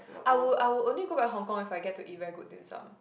I would I would only go back hong-kong if I get to eat very good dim sum